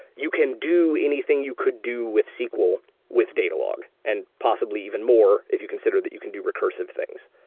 you can do anything you could do with sql with data log and possibly even more if you consider that you can do recursive things.